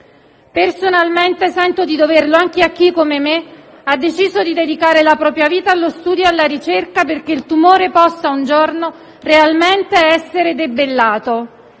Personalmente sento di doverlo anche a chi, come me, ha deciso di dedicare la propria vita allo studio e alla ricerca perché il tumore possa un giorno realmente essere debellato